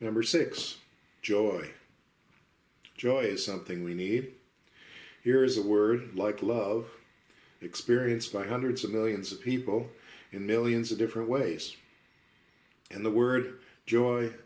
number six joy joy something we need here is a word like love experienced by hundreds of millions of people in millions of different ways and the word joy